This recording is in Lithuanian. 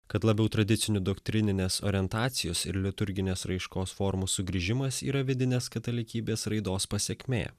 kad labiau tradicinių doktrininės orientacijos ir liturginės raiškos formų sugrįžimas yra vidinės katalikybės raidos pasekmė